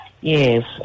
Yes